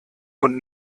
und